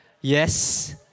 Yes